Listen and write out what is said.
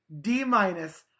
D-minus